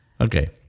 okay